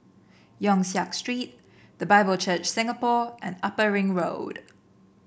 Yong Siak Street The Bible Church Singapore and Upper Ring Road